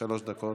שלוש דקות.